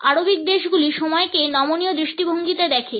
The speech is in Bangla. আরবিক দেশগুলো সময়কে নমনীয় দৃষ্টিভঙ্গিতে দেখে